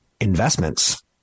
investments